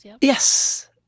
Yes